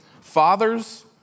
Fathers